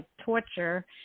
torture